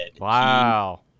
Wow